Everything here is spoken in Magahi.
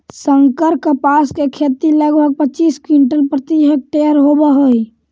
संकर कपास के खेती लगभग पच्चीस क्विंटल प्रति हेक्टेयर होवऽ हई